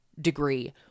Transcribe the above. degree